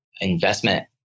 investment